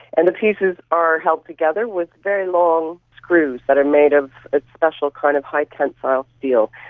and the pieces are held together with very long screws that are made of a special kind of high tensile steel.